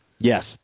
Yes